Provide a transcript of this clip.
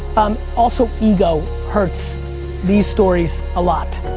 um also ego hurts these stories a lot.